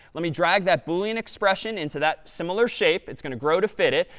let me drag that boolean expression into that similar shape. it's going to grow to fit it.